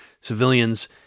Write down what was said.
civilians